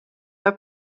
herr